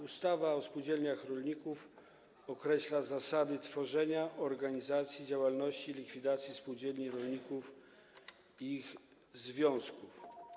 Ustawa o spółdzielniach rolników określa zasady tworzenia, organizacji, działalności i likwidacji spółdzielni rolników i ich związków.